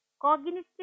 Cognitive